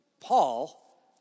Paul